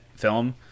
film